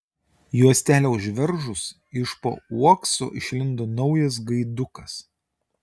juostelę užveržus iš po uokso išlindo naujas gaidukas